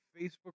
Facebook